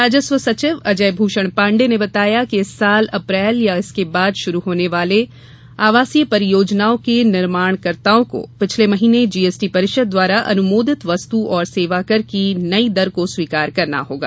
राजस्व सचिव अजय भूषण पाण्डे ने बताया कि इस वर्ष अप्रैल माह या इसके बाद शुरू होने वाली आवासीय परियोजनाओं के निर्माणकर्ताओं को पिछले महीने जीएसटी परिषद द्वारा अनुमोदित वस्तु और सेवा कर की नई दर को स्वीकार करना होगा